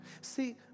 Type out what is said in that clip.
See